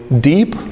deep